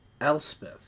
Elspeth